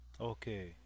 Okay